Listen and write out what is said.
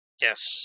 Yes